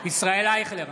ישראל אייכלר,